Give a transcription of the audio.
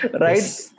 right